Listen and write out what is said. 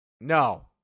No